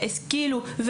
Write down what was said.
שהשכילו,